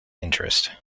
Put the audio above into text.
interest